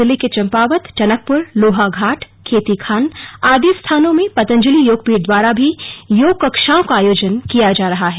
जिले के चम्पावत टनकपुर लोहाघाट खेतीखान आदि स्थानों में पतंजलि योगपीठ द्वारा भी योग कक्षाओं का आयोजन किया जा रहा है